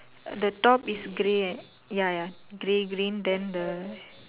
the top is grey ya ya grey green then the